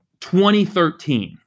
2013